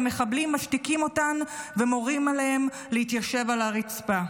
המחבלים משתיקים אותן ומורים להן להתיישב על הרצפה.